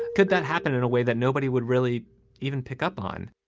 could that happen in a way that nobody would really even pick up on?